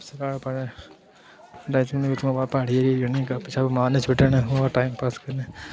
अस सराढ़ पढ़े ड्रैसिंग उत्थुआं बाद प्हाड़ी एरिये जन्ने गपशप मारने चुट्टें न होर टाइम पास करने